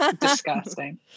disgusting